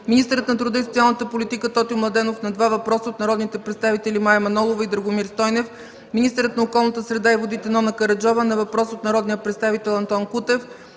министърът на труда и социалната политика Тотю Младенов – на два въпроса от народните представители Мая Манолова и Драгомир Стойнев; - министърът на околната среда и водите Нона Караджова – на въпрос от народния представител Антон Кутев;